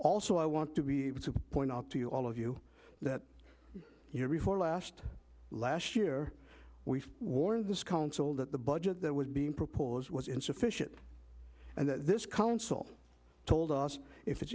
also i want to be able to point out to you all of you that you know before last last year we warned this council that the budget that was being proposed was insufficient and that this council told us if it's